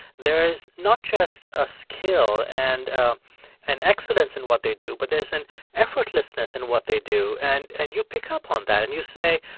there's not just a skill and ah an excellence in what they do, but there's an effortlessness in what they do. and and you pick up on that, and you say,